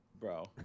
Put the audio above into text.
Bro